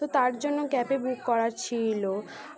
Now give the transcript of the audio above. তো তার জন্য ক্যাব বুক করার ছিল